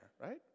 right